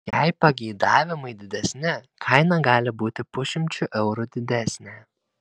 jei pageidavimai didesni kaina gali būti pusšimčiu eurų didesnė